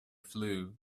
flue